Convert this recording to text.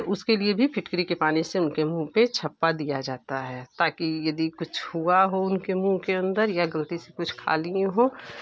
उसके लिए भी फिटकरी के पानी से उनके मुँह पे छप्पा दिया जाता है ताकि यदि कुछ हुआ हो उनके मुँह के अंदर या गलती से कुछ खा लिए हो